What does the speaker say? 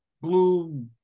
Blue